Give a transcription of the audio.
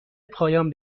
پایان